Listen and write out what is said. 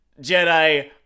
Jedi